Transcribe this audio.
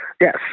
Yes